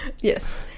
Yes